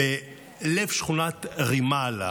בלב שכונת א-רימאל,